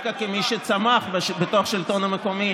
דווקא כמי שצמח בתוך השלטון המקומי,